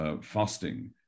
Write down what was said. fasting